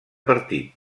partit